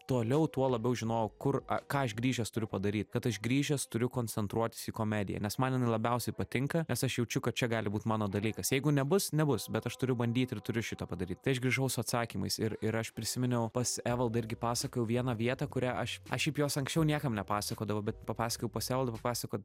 toliau tuo labiau žinojau kur ką aš grįžęs turiu padaryt kad aš grįžęs turiu koncentruotis į komediją nes man jinai labiausiai patinka nes aš jaučiu kad čia gali būt mano dalykas jeigu nebus nebus bet aš turiu bandyt ir turiu šitą padaryt tai aš grįžau su atsakymais ir ir aš prisiminiau pas evaldą irgi pasakojau vieną vietą kurią aš aš šiaip jos anksčiau niekam nepasakodavau bet papasakojau pas evaldą papasakot